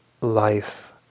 life